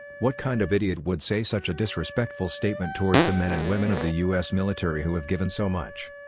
what kind of idiot would say such a disrespectful statement towards the men and women of the us military who have given so much.